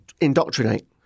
indoctrinate